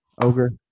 Ogre